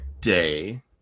day